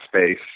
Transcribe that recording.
space